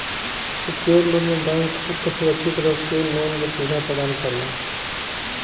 secured loan में bank खुद क सुरक्षित रख के लोन क सुविधा प्रदान करला